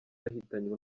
yahitanywe